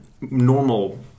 normal